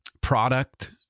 product